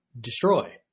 destroy